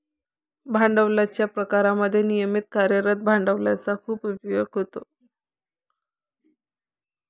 भांडवलाच्या प्रकारांमध्ये नियमित कार्यरत भांडवलाचा खूप उपयोग होतो